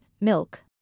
milk